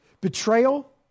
Betrayal